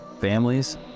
families